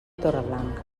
torreblanca